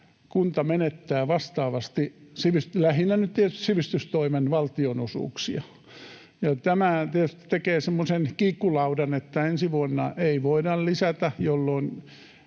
kunta menettää vastaavasti lähinnä nyt tietysti sivistystoimen valtionosuuksia. Ja tämä tietysti tekee semmoisen kiikkulaudan, että ensi vuonna ei voida lisätä, jolloin